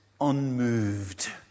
unmoved